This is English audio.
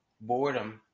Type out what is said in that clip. boredom